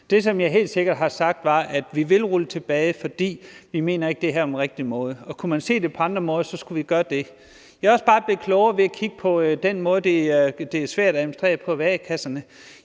Det, som jeg helt sikkert har sagt, er, at vi vil rulle det tilbage, fordi vi ikke mener, at det her er den rigtige måde, og at hvis vi kunne se det på andre måder, skulle vi gøre det. Jeg er også bare blevet klogere ved at kigge på, hvor svært det er at administrere i a-kasserne.